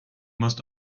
must